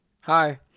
Hi